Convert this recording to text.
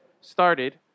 started